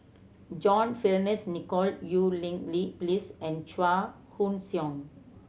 John Fearns Nicoll Eu Cheng Li Phyllis and Chua Koon Siong